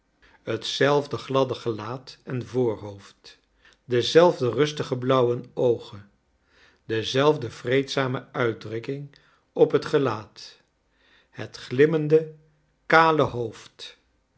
hetzelfde gladde gelaat en voorhoofd dezelfde rustige blauwe oogen dezelfde vreedzame uitdrukklng op het go'iaat het glimmende kale hoofd